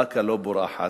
באקה לא בורחת,